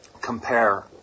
compare